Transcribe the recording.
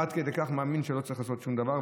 עד כדי כך מאמין שלא צריך לעשות שום דבר.